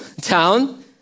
town